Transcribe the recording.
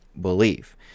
believe